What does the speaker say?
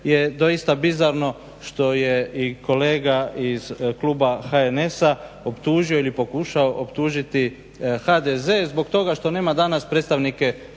je doista bizarno što je i kolega iz kluba HNS-a optužio ili pokušao optužiti HDZ zbog toga što nema danas predstavnika